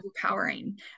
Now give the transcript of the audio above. overpowering